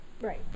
Right